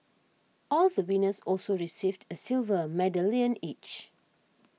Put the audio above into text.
all the winners also received a silver medallion each